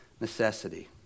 necessity